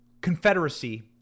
confederacy